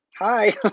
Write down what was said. Hi